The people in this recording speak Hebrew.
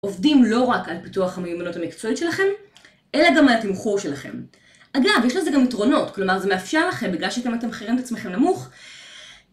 עובדים לא רק על פיתוח המיומנות המקצועית שלכם, אלא גם על התמחור שלכם. אגב, יש לזה גם יתרונות, כלומר זה מאפשר לכם בגלל שאתם מתמחרים את עצמכם נמוך